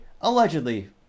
allegedly